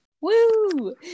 Woo